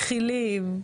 מכילים,